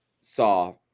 saw